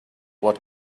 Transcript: what